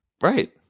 Right